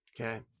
Okay